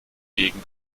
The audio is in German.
gegen